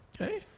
Okay